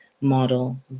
model